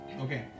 Okay